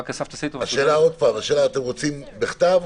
אתם רוצים בכתב?